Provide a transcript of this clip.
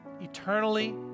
eternally